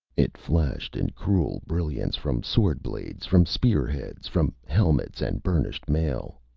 it flashed in cruel brilliance from sword-blades, from spearheads, from helmets and burnished mail,